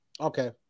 Okay